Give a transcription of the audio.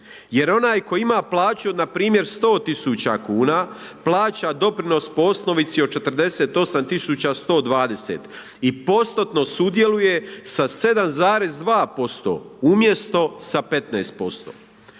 jer onaj koji ima plaću npr. 100 000 kuna, plaća doprinos po osnovici od 48 120 i postotno sudjeluje sa 7,2% umjesto sa 15%?